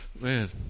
Man